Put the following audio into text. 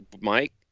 Mike